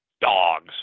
dogs